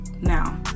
Now